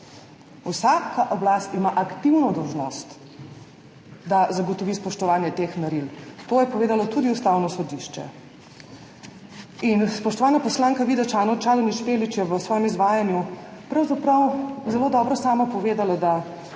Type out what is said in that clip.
Vsaka oblast ima aktivno dolžnost, da zagotovi spoštovanje teh meril, to je povedalo tudi Ustavno sodišče. In spoštovana poslanka Vida Čadonič Špelič je v svojem izvajanju pravzaprav sama zelo dobro povedala, da